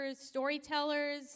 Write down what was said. storytellers